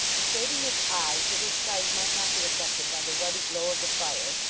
and shading his eyes that his sight might not be affected by the ruddy glow of the fire,